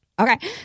Okay